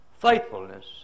faithfulness